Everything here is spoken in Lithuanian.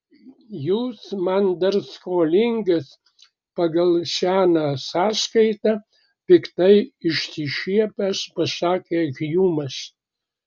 jūs man dar skolingas pagal seną sąskaitą piktai išsišiepęs pasakė hjumas